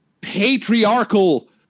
patriarchal